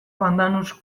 pandanus